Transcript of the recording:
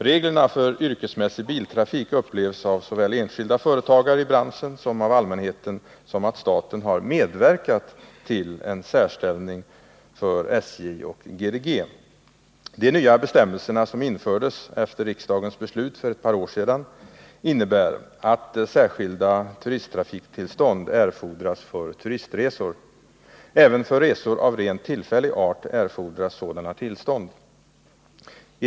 Reglerna för yrkesmässig biltrafik upplevs — såväl av enskilda företagare i branschen som av allmänheten — så, att staten har medverkat till en särställning för SJ och GDG. De nya bestämmelserna, som infördes efter riksdagens beslut för ett par år sedan, innebär att särskilda turisttrafiktillstånd erfordras för turistresor. Även för resor av rent tillfällig art erfordras sådana tillstånd.